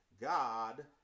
God